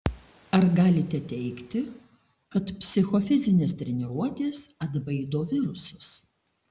ar galite teigti kad psichofizinės treniruotės atbaido virusus